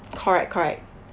correct correct